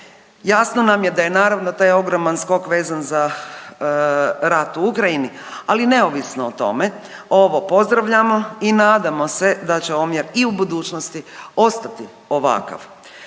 Jasno nam je da je naravno taj ogroman skok vezan za rat u Ukrajini, ali neovisno o tome ovo pozdravljamo i nadamo se da će omjer i u budućnosti ostati ovakav.